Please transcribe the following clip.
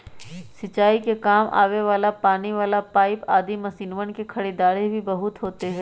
सिंचाई के काम आवे वाला पानी वाला पाईप आदि मशीनवन के खरीदारी भी बहुत होते हई